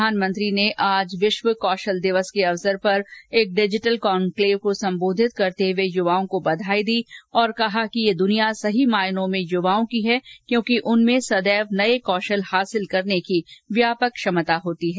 प्रधानमंत्री ने आज विश्व कौशल दिवस के अवसर पर एक डिजिटल कॉन्क्लेव को संबोधित करते हुए युवाओं को बघाई दी और कहा कि यह दनिया सही मायनों में युवाओं की है क्योंकि उनमें सदैव नए कौशल हासिल करने की व्यापक क्षमता होती है